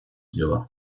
дела